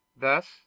Thus